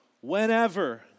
whenever